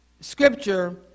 scripture